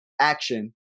action